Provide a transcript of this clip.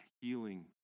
healing